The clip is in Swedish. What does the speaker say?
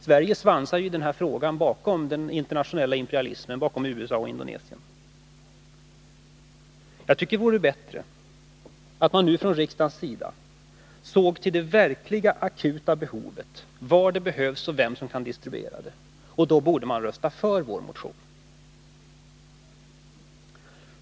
Sverige svansar i den här frågan bakom den internationella imperialismen, bakom USA och Indonesien. Jag tycker att det vore bättre att nu från riksdagens sida se till det verkliga, akuta behovet — var hjälpen behövs och vem som kan distribuera den, och då borde man rösta för vår motion.